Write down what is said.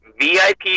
VIP